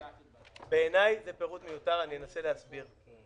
בעיניי זה פירוט מיותר, אנסה להסביר.